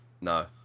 no